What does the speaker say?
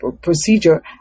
procedure